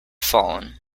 fallen